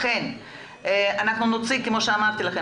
לכן נוציא פניה כפי שאמרתי,